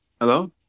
Hello